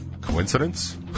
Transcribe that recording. Coincidence